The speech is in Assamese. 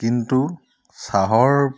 কিন্তু চাহৰ